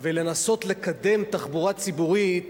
ולנסות לקדם תחבורה ציבורית